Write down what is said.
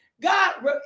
god